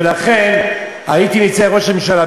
ולכן הייתי מציע לראש הממשלה,